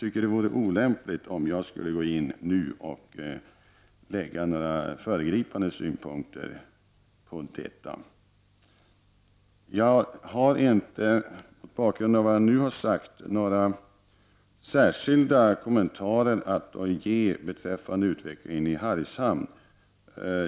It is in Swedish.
Det vore olämpligt om jag nu skulle ha några föregripande synpunkter på detta. Mot bakgrund av vad jag nu har sagt har jag inte några särskilda kommentarer att ge beträffande utvecklingen i Hargshamn.